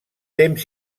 temps